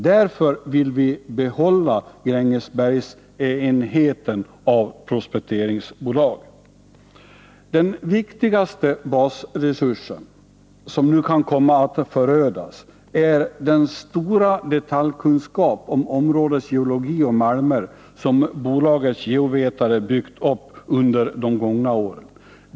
Därför vill vi behålla Grängesbergsenheten av prospekteringsbolaget. Den viktigaste basresursen, som nu kan komma att förödas, är dock den stora detaljkunskap om områdets geologi och malmer som bolagets geovetare byggt upp under de gångna åren.